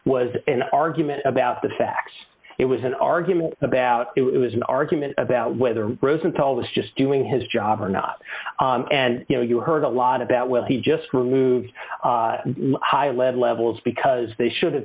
was an argument about the facts it was an argument about it was an argument about whether rosenthal was just doing his job or not and you know you heard a lot about well he just removed high lead levels because they should have